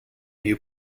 you